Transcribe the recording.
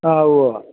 ആ ഉവ്വ ഉവ്വ